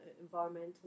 environmental